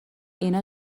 اینا